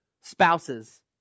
spouse's